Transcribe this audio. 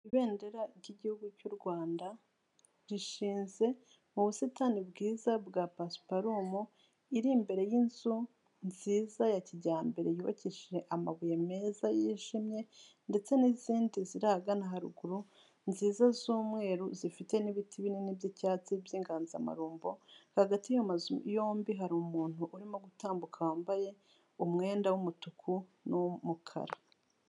Ibendera ry'Igihugu cy'u Rwanda rishinze mu busitani bwiza bwa pasiparumu, iri imbere y'inzu nziza ya kijyambere yubakishije amabuye meza yijimye, ndetse n'izindi ziri ahagana haruguru nziza z'umweru zifite n'ibiti binini by'icyatsi by'inganzamarumbo. Hagati y'amazu yombi hari umuntu urimo gutambuka wambaye umwenda w'umutuku n'umukara.